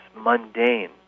mundane